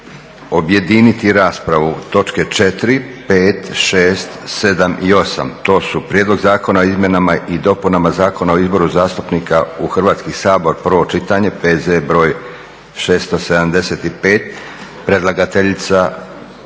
objediniti raspravu točke četiri, pet, šest, sedam i osam. To su 4. Prijedlog zakona o izmjenama i dopunama Zakona o izborima zastupnika u Hrvatski sabor, prvo čitanje, P.Z. br. 675. – Predlagateljica